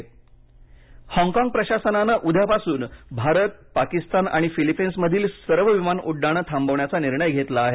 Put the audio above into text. Hong Kong Hong Kong प्रशासनानं उद्यापासून भारत पाकिस्तान आणि फिलिपिन्समधील सर्व विमान उड्डाण थांबवण्याचा निर्णय घेतला आहे